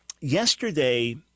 yesterday